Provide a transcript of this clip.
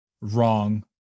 Wrong